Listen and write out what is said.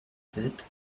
sept